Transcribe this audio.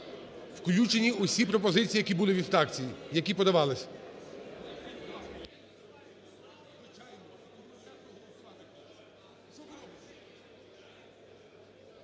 Включені усі пропозиції, які були від фракцій, які подавались.